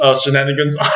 shenanigans